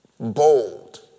Bold